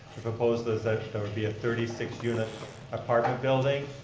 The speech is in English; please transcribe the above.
proposed is that there would be a thirty six unit apartment building.